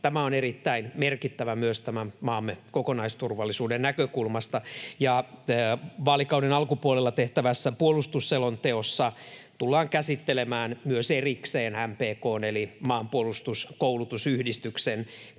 Tämä on erittäin merkittävä myös tämän maamme kokonaisturvallisuuden näkökulmasta. Vaalikauden alkupuolella tehtävässä puolustusselonteossa tullaan käsittelemään myös erikseen MPK:n eli Maanpuolustuskoulutusyhdistyksen